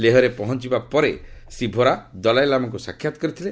ଲେହାରେ ପହଞ୍ଚବା ପରେ ଶ୍ରୀଭୋରା ଦଲାଇଲାମାଙ୍କ ସାକ୍ଷାତ କରିଥିଲେ